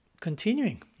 continuing